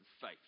faith